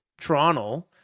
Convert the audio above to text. Toronto